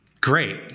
Great